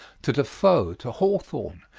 to defoe, to hawthorne,